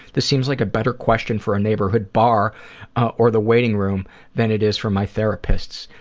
this seems like a better question for a neighborhood bar or the waiting room than it is for my therapists.